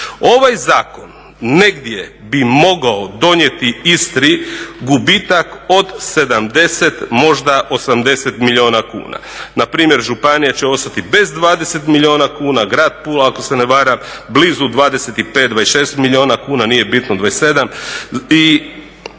Ovaj zakon negdje bi mogao podnijeti Istri gubitak od 70, možda 80 milijuna kuna. Npr., županije će ostati bez 20 milijuna kuna, grad Pula ako se ne varam blizu 25, 26 milijuna kuna, nije bitno, 27,